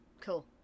cool